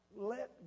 Let